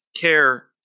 care